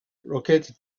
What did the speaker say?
located